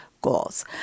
Goals